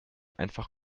einfach